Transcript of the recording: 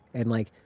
and, like,